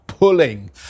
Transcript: Pulling